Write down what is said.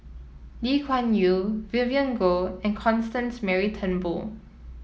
Lee Kuan Yew Vivien Goh and Constance Mary Turnbull